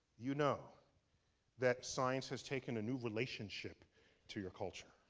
you know that science has taken a new relationship to your culture.